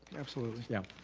absolutely! yeah.